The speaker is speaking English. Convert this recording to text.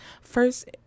first